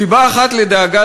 סיבה אחת לדאגה,